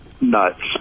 nuts